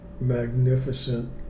magnificent